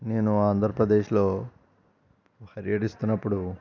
నేను ఆంధ్రప్రదేశ్లో పర్యటిస్తున్నప్పుడు